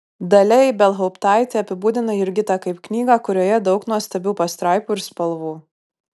dalia ibelhauptaitė apibūdina jurgitą kaip knygą kurioje daug nuostabių pastraipų ir spalvų